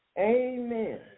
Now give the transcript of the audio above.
Amen